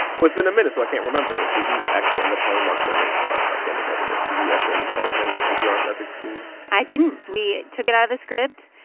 well, it's been a minute, so i can't remember. did you actually end up calling mark memmott, our our standards editor did you actually end up calling npr's ethics guru? i didn't. we took it out of the script,